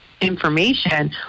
information